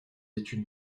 études